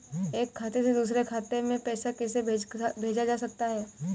एक खाते से दूसरे खाते में पैसा कैसे भेजा जा सकता है?